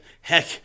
Heck